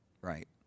right